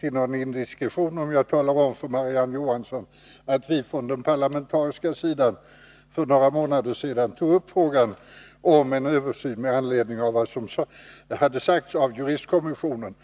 till någon indiskretion, om jag talar om för Marie-Ann Johansson att vi från den parlamentariska sidan för några månader sedan tog upp frågan om en 147 översyn med anledning av vad som hade sagts av juristkommissionen.